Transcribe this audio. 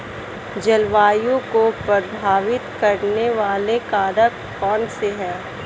जलवायु को प्रभावित करने वाले कारक कौनसे हैं?